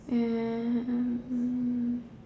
um